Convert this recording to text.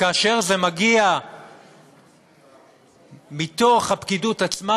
וכאשר זה מגיע מתוך הפקידות עצמה,